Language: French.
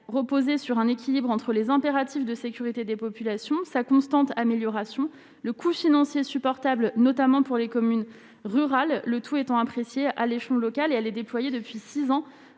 reposer sur un équilibre entre les impératifs de sécurité des populations sa constante amélioration le couch Nancy insupportable, notamment pour les communes rurales, le tout étant appréciée à l'échelon local, et elle est déployée depuis 6 ans,